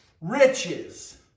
riches